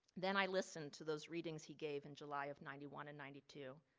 then i listened to those readings he gave in july of ninety one and ninety two.